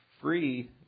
free